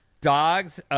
Dogs